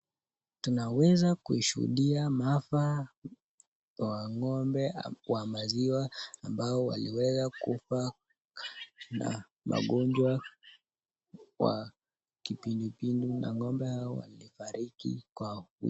Tunaweza kushuhudia maafa wa ng'ombe wa maziwa, ambao waliweza kufa na magonjwa na kipindupindu na ng'ombe hawa walifariki kwao.